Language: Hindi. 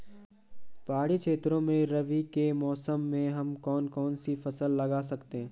पहाड़ी क्षेत्रों में रबी के मौसम में हम कौन कौन सी फसल लगा सकते हैं?